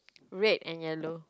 red and yellow